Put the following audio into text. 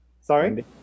sorry